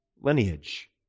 lineage